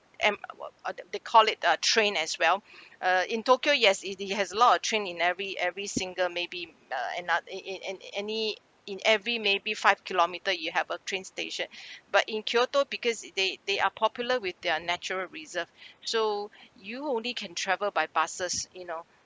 and ugh they call it uh train as well uh in tokyo yes it it has lot of train in every every single maybe uh in no~ in in in any in every maybe five kilometre you have a train station but in kyoto because they they are popular with their natural reserve so you only can travel by buses you know